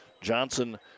Johnson